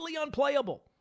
unplayable